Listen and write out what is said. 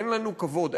אין לנו כבוד,